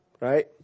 Right